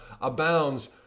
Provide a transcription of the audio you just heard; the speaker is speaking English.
abounds